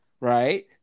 Right